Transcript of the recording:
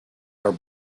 are